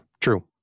true